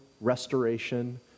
restoration